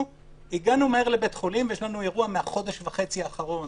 הגענו מהר לבית חולים ויש לנו אירוע מהחודש וחצי האחרונים,